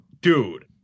dude